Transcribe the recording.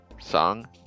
Song